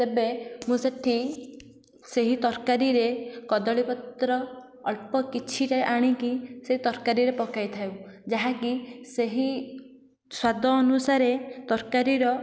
ତେବେ ମୁଁ ସେଠି ସେହି ତରକାରୀରେ କଦଳୀ ପତ୍ର ଅଳ୍ପ କିଛିଟା ଆଣିକି ସେ ତରକାରୀ ରେ ପକେଇଥାଏ ଯାହାକି ସେହି ସ୍ୱାଦ ଅନୁସାରେ ତରକାରୀ ର